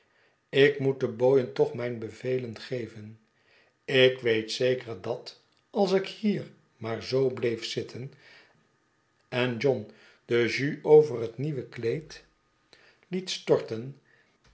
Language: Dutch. ik moet de booien toch mijn bevelen geven ik weet zeker dat als ik hier maar zoo bleef zitten en john de jus over het nieuwe kleed